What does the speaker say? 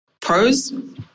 Pros